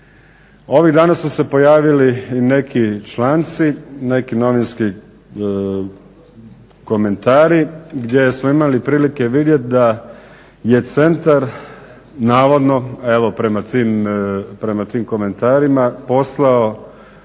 Ovih dana su se pojavili neki članci, neki novinski komentari gdje smo imali prilike vidjeti gdje je centar navodno evo prama tim komentarima poslao